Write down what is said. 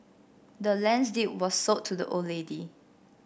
the land's deed was sold to the old lady